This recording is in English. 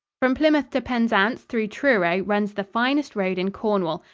from plymouth to penzance through truro runs the finest road in cornwall,